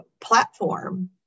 platform